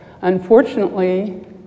Unfortunately